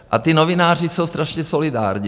A ti novináři jsou strašně solidární.